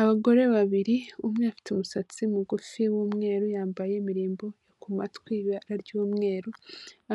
Abagore babiri umwe afite umusatsi mugufi w'umweru, yambaye imirimbo ku matwi y'ibara ry'umweru;